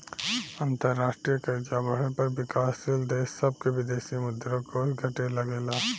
अंतरराष्ट्रीय कर्जा बढ़े पर विकाशील देश सभ के विदेशी मुद्रा कोष घटे लगेला